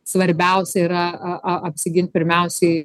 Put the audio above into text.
svarbiausia yra a a apsigint pirmiausiai